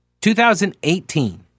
2018